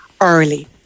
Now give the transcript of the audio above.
early